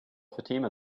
fatima